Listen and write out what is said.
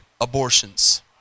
abortions